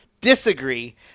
disagree